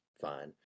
fine